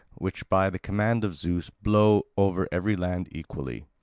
which by the command of zeus blow over every land equally.